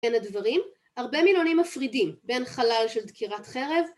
הרבה מילונים מפרידים בין חלל של דקירת חרב